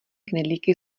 knedlíky